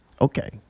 Okay